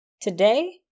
Today